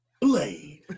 Blade